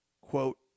quote